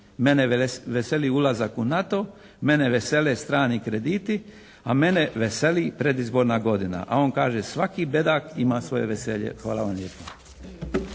mene veseli ulazak u NATO, mene vesele strani krediti, a mene veseli predizborna godina". A on kaže: "svaki bedak ima svoje veselje". Hvala vam lijepa.